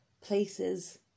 places